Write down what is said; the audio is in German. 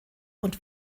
und